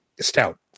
stout